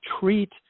treat